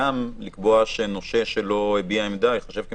לקבוע שנושה שלא הביע עמדה ייחשב כמסכים.